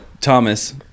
Thomas